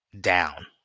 down